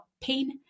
pain